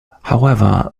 however